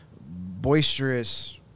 boisterous